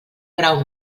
grau